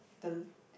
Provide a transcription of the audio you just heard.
the